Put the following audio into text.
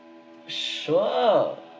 sure